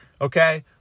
okay